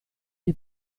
dei